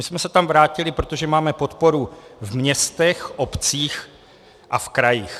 My jsme se tam vrátili, protože máme podporu v městech, v obcích a v krajích.